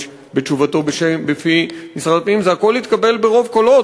בתשובתו בשם משרד הפנים: הכול התקבל ברוב קולות,